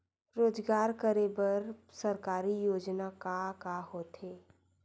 रोजगार करे बर सरकारी योजना का का होथे?